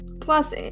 plus